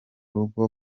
rugo